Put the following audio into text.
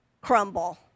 crumble